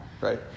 Right